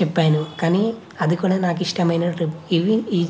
చెప్పాను కానీ అది కూడా నాకు ఇష్టమైన ట్రిప్ ఇవి